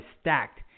stacked